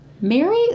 Mary